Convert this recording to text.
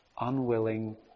unwilling